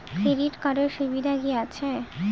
Credit কার্ডের সুবিধা কি আছে?